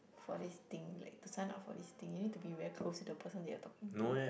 for this thing like to sign up for this thing you need to be very close with the person you're talking to